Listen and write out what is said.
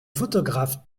photographe